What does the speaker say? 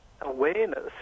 awareness